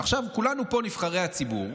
עכשיו, כולנו פה, נבחרי הציבור,